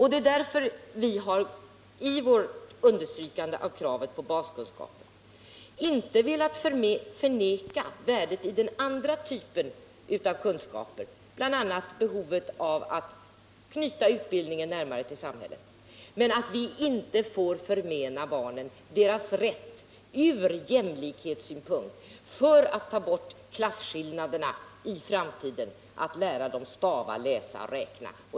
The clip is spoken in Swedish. Det är därför som vi i vårt understrykande av kravet på baskunskaper inte har velat förneka värdet av den andra typen av kunskaper, bl.a. behovet av att knyta utbildningen närmare till samhället. Men vi anser också att man inte får förmena barnen deras rätt — från jämlikhetssynpunkt för att ta bort klasskillnaderna i framtiden — att lära sig skriva, läsa och räkna.